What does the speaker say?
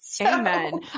Amen